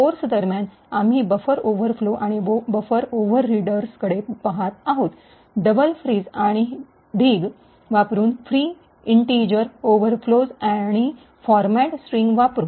course दरम्यान आम्ही buffer overflow आणि बफर ओव्हरड्रिड्सकडे पहात आहोत डबल फ्रीस आणि ढीग वापरुन फ्री इंटिजर ओव्हरफ्लोज आणि फॉरमॅट स्ट्रिंग वापरु